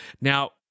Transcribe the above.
Now